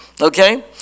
okay